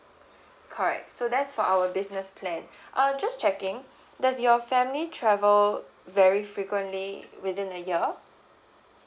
correct so that's for our business plan uh just checking does your family travel very frequently within a year